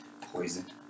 Poison